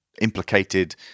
implicated